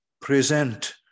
present